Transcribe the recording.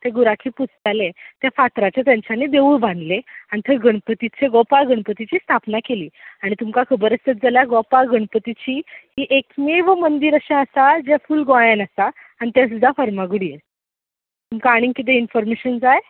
ते गुराखी पुजताले ते फातरांचें तेंच्यांनी देवूळ बांदलें आनी थंय गणपतीची गोपाळ गणपतीची स्थापना केली आनी तुमकां खबर आसत जाल्यार गोपाल गणपतीची ही एकमेव मंदीर अशें आसा जें फूल गोंयान आसा आनी ते सुदां फर्मागुडयेर तुमकां आनी किदें इनफोरमेशन जाय